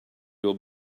will